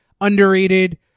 Underrated